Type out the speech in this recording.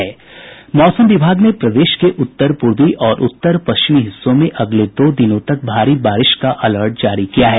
मौसम विभाग ने प्रदेश के उत्तर पूर्वी और उत्तर पश्चिमी हिस्सों में अगले दो दिनों तक भारी बारिश का अलर्ट जारी किया है